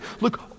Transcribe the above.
look